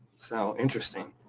so interesting.